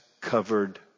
covered